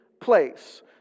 place